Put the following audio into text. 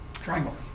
Triangle